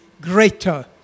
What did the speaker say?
greater